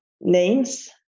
names